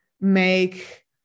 make